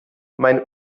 mein